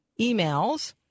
emails